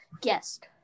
guest